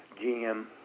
GM